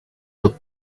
tot